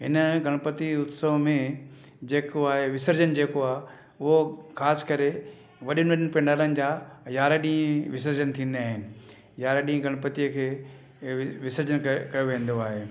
हिन गणपति उत्सव में जेको आहे विसर्जन जेको आहे उहो ख़ासि करे वॾियुनि वॾियुनि पंडालनि जा यारहें ॾींहुं विसर्जन थींदा आहिनि यारहां ॾींहुं गणपतिअ खे विसर्जन क कयो वेंदो आहे